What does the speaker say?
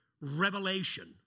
revelation